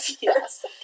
Yes